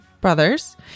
brothers